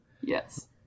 Yes